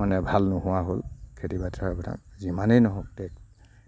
মানে ভাল নোহোৱা হ'ল খেতি পথাৰবিলাক যিমানেই নহওক টেক